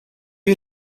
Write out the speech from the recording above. you